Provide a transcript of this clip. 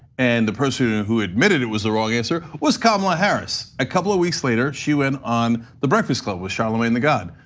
and the person who who admitted it was the wrong answer was kamala harris. a couple of weeks later, she went on the breakfast club with charlemagne tha god,